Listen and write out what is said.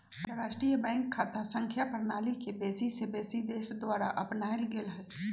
अंतरराष्ट्रीय बैंक खता संख्या प्रणाली के बेशी से बेशी देश द्वारा अपनाएल गेल हइ